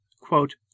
Quote